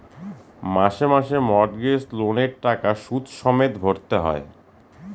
মাসে মাসে মর্টগেজ লোনের টাকা সুদ সমেত ভরতে হয়